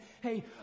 hey